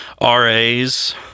RAs